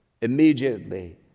Immediately